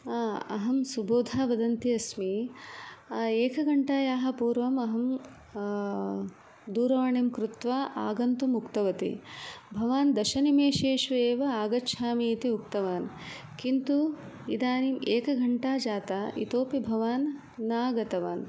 हा अहं सुबोधा वदती अस्मि एकघण्टायाः पूर्वं अहं दूरवाणीं कृत्वा आगन्तुम् उक्तवती भवान् दशनिमेशेषु एव आगच्छामि इति उक्तवान् किन्तु इदानीम् एकघण्टा जाता इतोपि भवान् नागतवान्